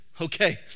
Okay